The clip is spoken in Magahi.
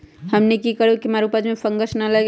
हमनी की करू की हमार उपज में फंगस ना लगे?